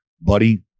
buddy